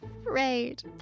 afraid